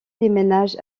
déménage